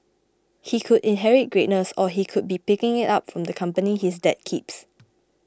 he could inherit greatness or he could be picking it up from the company his dad keeps